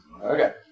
Okay